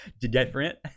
different